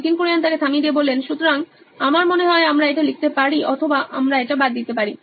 Nitin Kurian C O O নোইন electronics সুতরাং আমার মনে হয় আমরা এটা লিখতে পারি অথবা আমরা এটা বাদ দিতে পারি